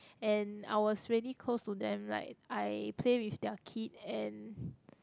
and I was really close to them like I play with their kid and